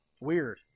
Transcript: Weird